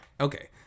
Okay